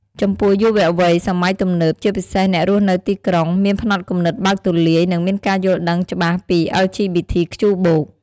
ចំពោះយុវជនសម័យទំនើប ជាពិសេសអ្នករស់នៅទីក្រុង មានផ្នត់គំនិតបើកទូលាយ និងមានការយល់ដឹងច្បាស់ពី អិល ជី ប៊ី ធី ខ្ជូ បូក (LGBTQ+)។